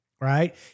right